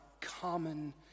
common